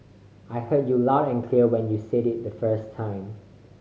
I heard you loud and clear when you said it the first time